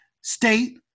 state